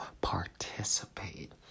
participate